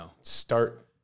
start